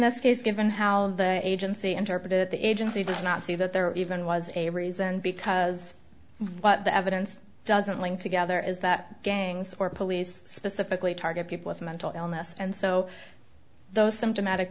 this case given how the agency interpreted the agency did not see that there even was a reason because what the evidence doesn't link together is that gangs or police specifically target people with mental illness and so those symptomatic